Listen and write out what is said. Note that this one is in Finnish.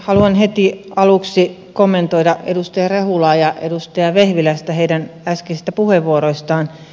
haluan heti aluksi kommentoida edustaja rehulaa ja edustaja vehviläistä heidän äskeisistä puheenvuoroistaan